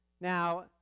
Now